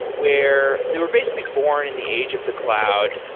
where they were basically born in the age of the cloud.